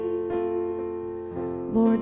Lord